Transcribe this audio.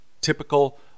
typical